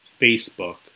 Facebook